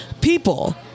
people